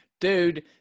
dude